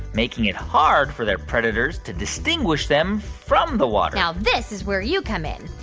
making it hard for their predators to distinguish them from the water now this is where you come in.